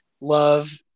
love